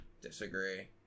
disagree